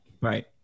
right